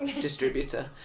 distributor